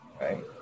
Right